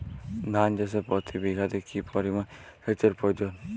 ধান চাষে প্রতি বিঘাতে কি পরিমান সেচের প্রয়োজন?